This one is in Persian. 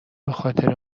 بخاطر